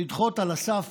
לדחות על הסף